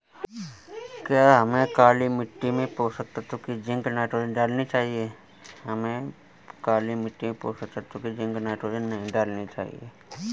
क्या हमें काली मिट्टी में पोषक तत्व की जिंक नाइट्रोजन डालनी चाहिए?